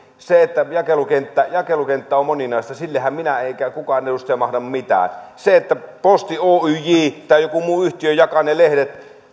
sillehän että jakelukenttä jakelukenttä on moninainen en minä eikä kukaan edustaja mahda mitään se jakaako posti oyj tai joku muu yhtiö ne lehdet